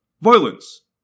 violence